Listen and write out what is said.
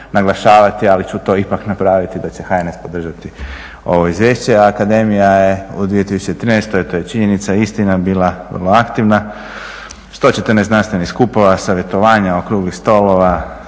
ali ću to ipak napraviti da će HNS podržati ovo Izvješće. Akademija je u 2013., to je činjenica, istina, bila vrlo aktivna. 114 znanstvenih skupova, savjetovanja, okruglih stolova,